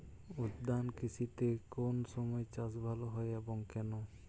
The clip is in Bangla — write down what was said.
উদ্যান কৃষিতে কোন সময় চাষ ভালো হয় এবং কেনো?